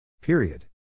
Period